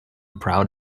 proud